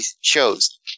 shows